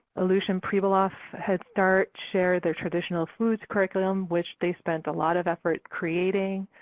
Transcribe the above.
aleutian pribilofs head start shared their traditional foods curriculum, which they spent a lot of effort creating.